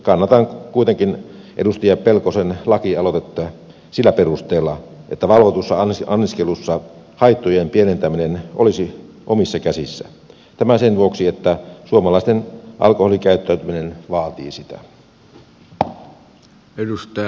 kannatan kuitenkin edustaja pelkosen lakialoitetta sillä perusteella että valvotussa anniskelussa haittojen pienentäminen olisi omissa käsissä tämä sen vuoksi että suomalaisten alkoholikäyttäytyminen vaatii sitä